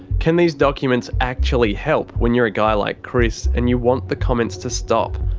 can these documents actually help when you're a guy like chris and you want the comments to stop?